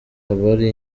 abari